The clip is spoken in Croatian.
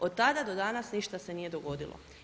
Od tada do danas ništa se nije dogodilo.